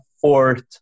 fourth